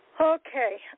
Okay